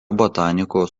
botanikos